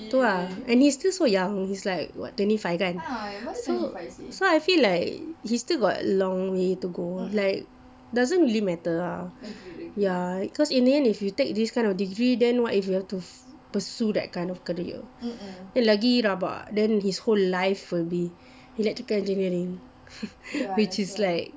tu ah and he's still so young he's like what twenty five kan so so I feel like he still got a long way to go like doesn't really matter ah ya cause like in the end if you take this kind of degree then what if you have to pursue that kind of career then lagi rabak then his whole life will be electrical engineering which is like